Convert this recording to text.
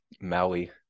Maui